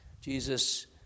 Jesus